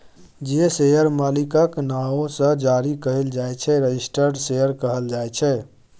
जे शेयर मालिकक नाओ सँ जारी कएल जाइ छै रजिस्टर्ड शेयर कहल जाइ छै